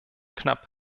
knapp